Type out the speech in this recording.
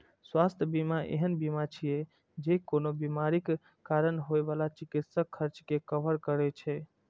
स्वास्थ्य बीमा एहन बीमा छियै, जे कोनो बीमारीक कारण होइ बला चिकित्सा खर्च कें कवर करै छै